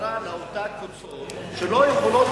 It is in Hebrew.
המטרה היא לאותן קבוצות שלא יכולות